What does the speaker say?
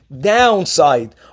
downside